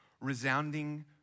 Resounding